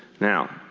now,